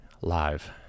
live